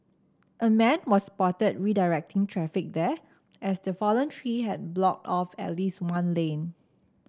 a man was spotted redirecting traffic there as the fallen tree had blocked off at least one lane